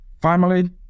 family